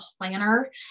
planner